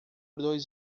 dois